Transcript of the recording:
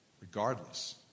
Regardless